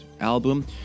album